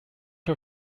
her